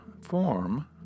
form